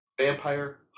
vampire